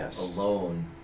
alone